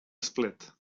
esplet